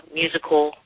musical